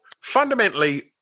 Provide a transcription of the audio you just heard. fundamentally